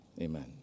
Amen